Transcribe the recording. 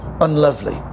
unlovely